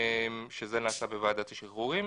שזה נעשה בוועדת השחרורים.